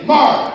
Mark